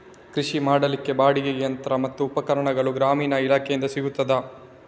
ಕೃಷಿ ಮಾಡಲಿಕ್ಕೆ ಬಾಡಿಗೆಗೆ ಯಂತ್ರ ಮತ್ತು ಉಪಕರಣಗಳು ಗ್ರಾಮೀಣ ಇಲಾಖೆಯಿಂದ ಸಿಗುತ್ತದಾ?